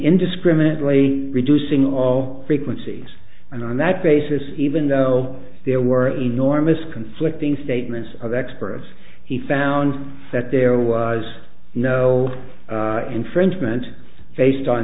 indiscriminately reducing all frequencies and on that basis even though there were enormous conflicting statements of experts he found that there was no infringement based on